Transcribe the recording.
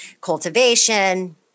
cultivation